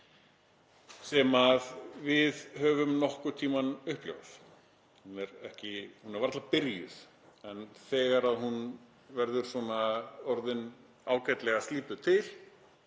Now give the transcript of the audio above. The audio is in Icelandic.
sem við höfum nokkurn tímann upplifað. Hún er varla byrjuð en þegar hún verður orðin ágætlega slípuð til